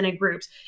groups